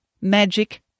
Magic